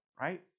right